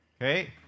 Okay